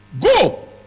go